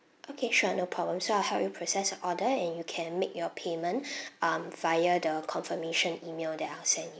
okay sure no problem so I'll help you process your order and you can make your payment um via the confirmation email that I will send you